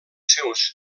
seus